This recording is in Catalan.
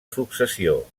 successió